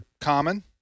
common